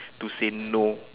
to say no